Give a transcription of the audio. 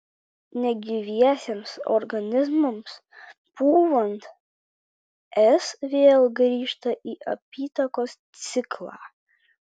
negyviesiems organizmams pūvant s vėl grįžta į apytakos ciklą